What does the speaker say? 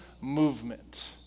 movement